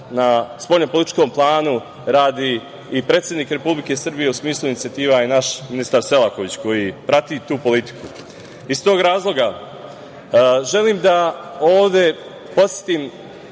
na spoljnopolitičkom planu radi predsednik Republike Srbije, u smislu inicijativa, i naš ministar Selaković, koji prati tu politiku. Iz tog razloga želim da ovde podsetim